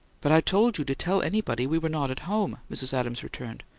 but i told you to tell anybody we were not at home, mrs adams returned.